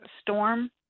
storm